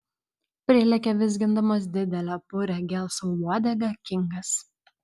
prilekia vizgindamas didelę purią gelsvą uodegą kingas